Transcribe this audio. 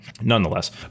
nonetheless